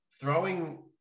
throwing